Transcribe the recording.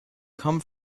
come